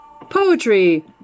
Poetry